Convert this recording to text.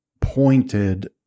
pointed